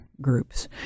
groups